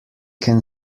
can